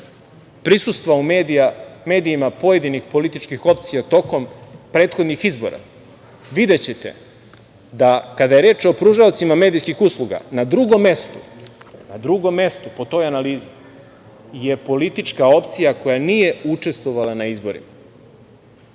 prisustva u medijima pojedinih političkih opcija tokom prethodnih izbora, videćete da kada je reč o pružaocima medijskih usluga na drugom mestu po toj analizi je politička opcija koja nije učestvovala na izborima.